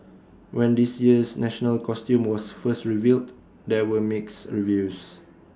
when this year's national costume was first revealed there were mixed reviews